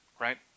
right